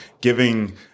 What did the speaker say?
giving